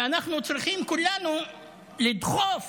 ואנחנו צריכים כולנו לדחוף